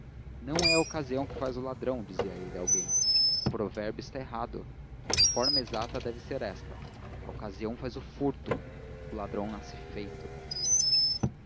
não é a ocasião que faz o ladrão dizia ele a alguém o provérbio está errado a forma exata deve ser esta a ocasião faz o furto o ladrão nasce feito